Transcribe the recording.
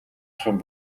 ахуйн